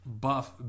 Buff